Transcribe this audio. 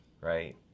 right